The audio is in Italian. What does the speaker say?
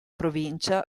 provincia